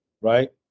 right